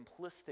simplistic